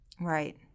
Right